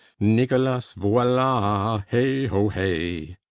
nicholas voila, hey ho hey!